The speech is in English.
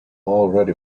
already